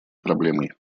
проблемой